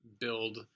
build